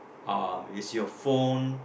um is your phone